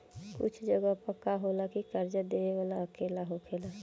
कुछ जगह पर का होला की कर्जा देबे वाला अकेला होखेला